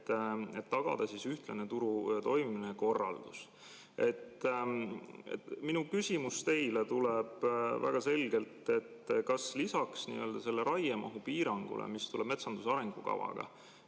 et tagada ühtlane turu toimimine ja korraldus. Minu küsimus teile tuleb väga selge: kas lisaks sellele raiemahu piirangule, mis tuleb metsanduse arengukavaga,